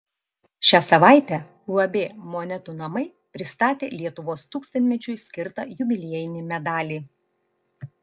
šią savaitę uab monetų namai pristatė lietuvos tūkstantmečiui skirtą jubiliejinį medalį